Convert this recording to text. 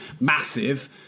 massive